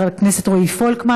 לחבר הכנסת רועי פולקמן.